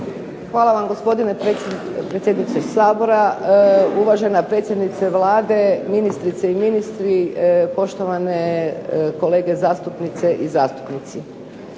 Hvala vam gospodine predsjedniče Hrvatskog sabora. Uvažena predsjednice Vlade, ministrice i ministri, poštovane kolege zastupnice i zastupnici.